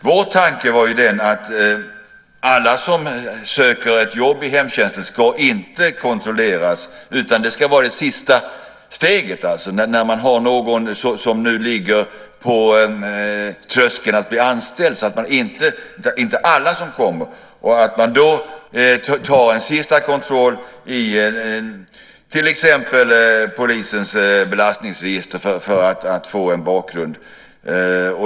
Vår tanke var ju den att alla som söker ett jobb i hemtjänsten inte ska kontrolleras, utan det ska vara det sista steget när man har någon som nu befinner sig på tröskeln till att bli anställd, så att inte alla kommer. Då kan man ta en sista kontroll i till exempel polisens belastningsregister för att få en bakgrund.